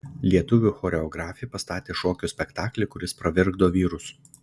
lietuvių choreografė pastatė šokio spektaklį kuris pravirkdo vyrus